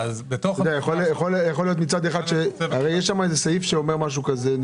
הרי יש שם סעיף שאומר משהו כזה.